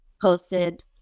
posted